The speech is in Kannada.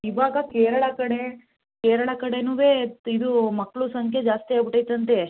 ಇವಾಗ ಕೇರಳ ಕಡೆ ಕೇರಳ ಕಡೇನು ಇದು ಮಕ್ಕಳು ಸಂಖ್ಯೆ ಜಾಸ್ತಿ ಆಗ್ಬಿಟೈತಂತೆ